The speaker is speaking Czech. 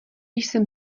jsem